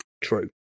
True